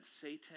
Satan